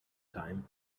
time